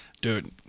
dude